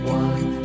one